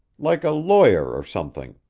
like a lawyer or something.